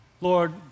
Lord